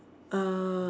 uh